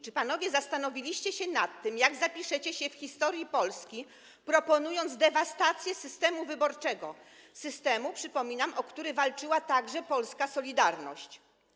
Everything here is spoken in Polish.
Czy panowie zastanowiliście się nad tym, jak zapiszecie się w historii Polski, proponując dewastację systemu wyborczego, systemu, przypominam, o który walczyła także polska „Solidarność”